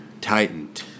tightened